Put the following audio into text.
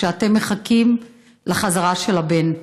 שאתם מחכים לחזרה של הבן.